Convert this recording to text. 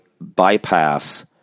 bypass